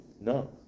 No